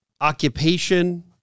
occupation